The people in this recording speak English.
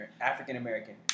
African-American